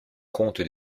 compte